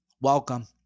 welcome